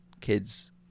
kids